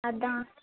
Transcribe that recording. அதுதான்